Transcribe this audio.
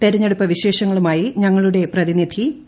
തെരഞ്ഞെടുപ്പ് വിശേഷങ്ങളുമായി ഞ്ങളുടെ പ്രതിനിധി പി